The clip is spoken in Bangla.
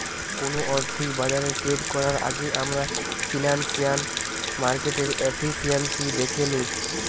কোনো আর্থিক বাজারে ট্রেড করার আগেই আমরা ফিনান্সিয়াল মার্কেটের এফিসিয়েন্সি দ্যাখে নেয়